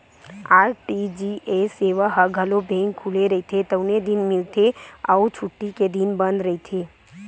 RTGS सेवा ह घलो बेंक खुले रहिथे तउने दिन मिलथे अउ छुट्टी के दिन बंद रहिथे